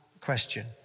question